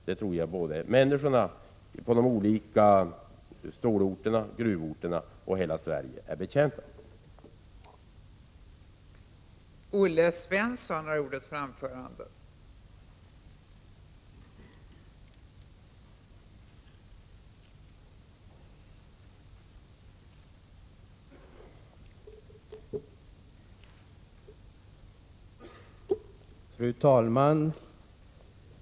Det tror jag att människorna både på de olika ståloch gruvorterna och i hela Sverige är betjänta av.